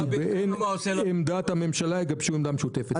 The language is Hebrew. ובאין עמדת ממשלה יגבשו עמדה משותפת".